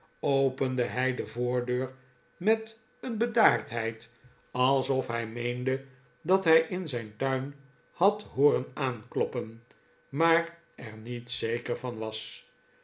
ppende hij de voordeur met een bedaardheid alsof hij meende dat hij in zijn tuin had hooren aankloppen maar er niet zeker van was